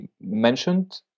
mentioned